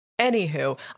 Anywho